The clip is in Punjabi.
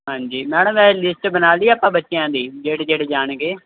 ਹਾਂਜੀ ਮੈਡਮ ਮੈਂ ਲਿਸਟ ਬਣਾ ਲਈ ਆਪਾਂ ਬੱਚਿਆਂ ਦੀ ਜਿਹੜੇ ਜਿਹੜੇ ਜਾਣਗੇ